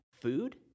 food